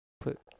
put